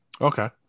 Okay